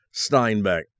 Steinbeck